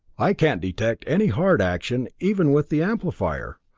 i can't detect any heart action even with the amplifier.